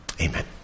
Amen